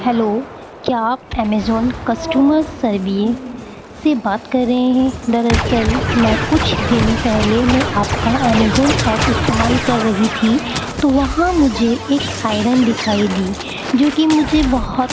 hello کیا آپ Amazon customer service سے بات کر رہے ہیں دراصل میں کچھ دن پہلے میں آپ کا امیزون ایپ استعمال کر رہی تھی تو وہاں مجھے ایک آئرن دکھائی دی جوکہ مجھے بہت